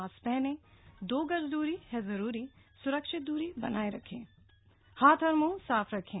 mask पहनें दो गज दूरी है जरूरी स्रक्षित दूरी बनाए रखें हाथ और मुंह साफ रखें